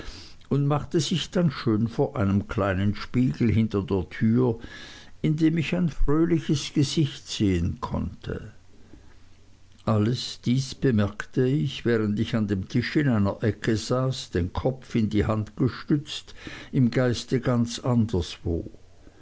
und machte sich dann schön vor einem kleinen spiegel hinter der tür in dem ich ihr fröhliches gesicht sehen konnte alles dies bemerkte ich während ich an dem tisch in einer ecke saß den kopf in die hand gestützt im geiste ganz anderswo